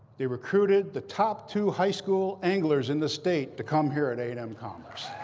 they recruited the top two high school anglers in the state to come here at a and m commerce.